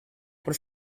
por